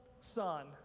son